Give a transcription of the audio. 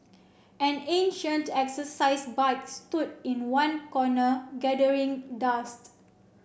an ancient exercise bike stood in one corner gathering dust